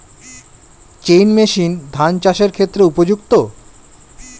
Chain machine ধান চাষের ক্ষেত্রে উপযুক্ত?